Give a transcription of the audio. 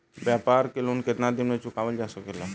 व्यापार के लोन कितना दिन मे चुकावल जा सकेला?